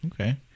Okay